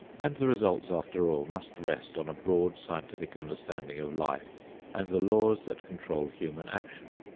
and the results after all must rest on a broad scientific understanding of life and the laws that control human action.